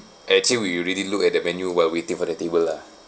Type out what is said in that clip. actually we already look at the menu while waiting for the table lah